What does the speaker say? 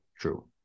true